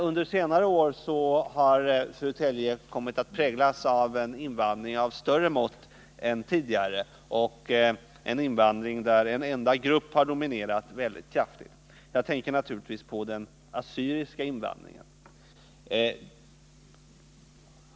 Under senare år har Södertälje dock kommit att präglas av en invandring av större mått än tidigare — en invandring där en enda grupp, den assyriska, har dominerat kraftigt.